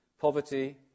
Poverty